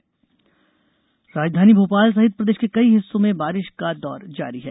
मौसम राजधानी भोपाल सहित प्रदेश के कई हिस्सों में बारिश का दौर जारी है